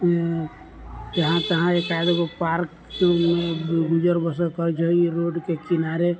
जे जहाँ तहाँ एकाध गो पार्कमे गुजर बसर करै छै जे रोडके किनारे